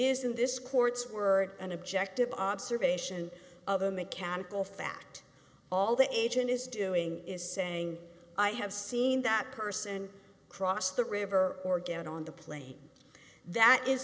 in this court's word an objective observation of a mechanical fact all the agent is doing is saying i have seen that person cross the river or get on the plane that is